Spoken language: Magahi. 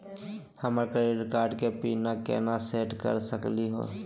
हमर क्रेडिट कार्ड के पीन केना सेट कर सकली हे?